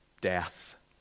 death